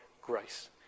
grace